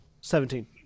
Seventeen